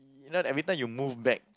you know every time you move back